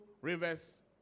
rivers